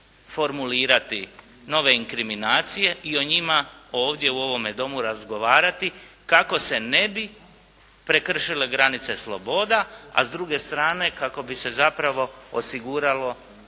i o njima ovdje u ovome Domu razgovarati kako se ne bi prekršile granice sloboda, a s druge strane kako bi se zapravo osiguralo